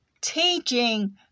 teaching